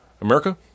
America